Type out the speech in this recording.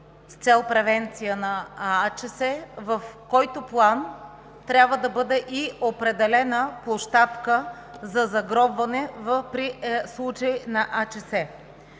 с цел превенция на АЧС, в който план трябва да бъде определена и площадка за загробване при случаи на АЧС.